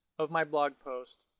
of my blog post.